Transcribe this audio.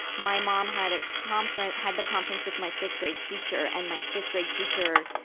my mom had a conference, had the conference with my fifth grade teacher. and my fifth grade teacher,